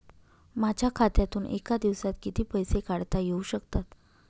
माझ्या खात्यातून एका दिवसात किती पैसे काढता येऊ शकतात?